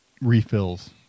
refills